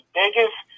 biggest